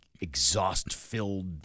exhaust-filled